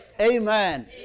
Amen